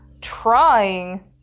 trying